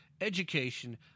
education